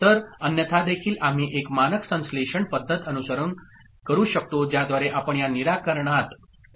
तर अन्यथा देखील आम्ही एक मानक संश्लेषण पद्धत अनुसरण करू शकतो ज्याद्वारे आपण या निराकरणात पोहोचू शकतो